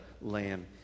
Lamb